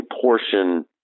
portion